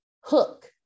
hook